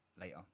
later